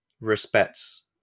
respects